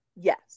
yes